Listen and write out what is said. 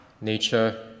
nature